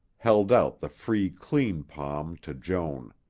held out the free, clean palm to joan.